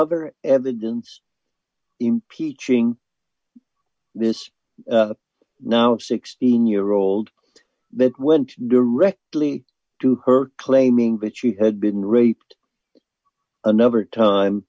other evidence impeaching this not sixteen year old that went directly to her claiming that she had been raped another time